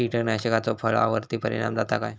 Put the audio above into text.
कीटकनाशकाचो फळावर्ती परिणाम जाता काय?